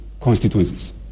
constituencies